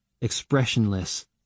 expressionless